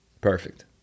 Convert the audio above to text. Perfect